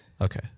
Okay